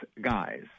guys